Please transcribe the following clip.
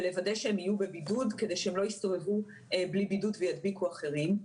ולוודא שהם יהיו בבידוד כדי שהם לא יסתובבו בלי בידוד וידביקו אחרים.